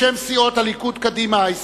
בשם סיעות קדימה, הליכוד,